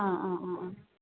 ആ ആ ആ ആ